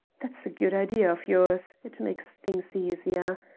that's a good idea of yours. it makes things easier.